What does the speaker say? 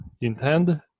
intend